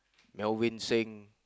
Melvin-Singh